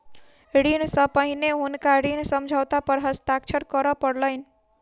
ऋण सॅ पहिने हुनका ऋण समझौता पर हस्ताक्षर करअ पड़लैन